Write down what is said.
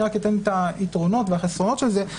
אני רק אתן את היתרונות והחסרונות של זה.